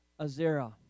Azera